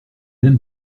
aime